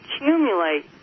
accumulate